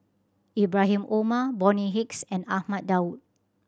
Ibrahim Omar Bonny Hicks and Ahmad Daud